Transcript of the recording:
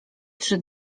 trzy